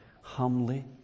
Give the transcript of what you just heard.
humbly